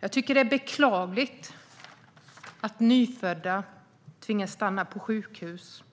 Jag tycker att det är beklagligt att nyfödda tvingas stanna på sjukhus